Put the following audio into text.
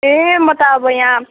ए म त अब यहाँ